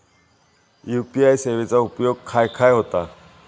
UPI सेवेचा उपयोग खाय खाय होता?